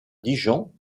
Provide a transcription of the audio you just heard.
dijon